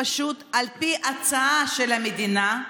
על פי ההצעה של המדינה,